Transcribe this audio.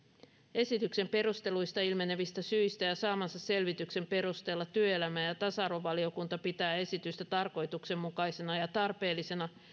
esityksen perusteluista ilmenevistä syistä ja saamansa selvityksen perusteella työelämä ja tasa arvovaliokunta pitää esitystä tarkoituksenmukaisena ja tarpeellisena